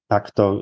Takto